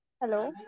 Hello